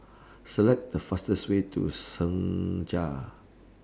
Select The fastest Way to Senja